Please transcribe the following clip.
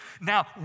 now